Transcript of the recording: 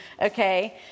Okay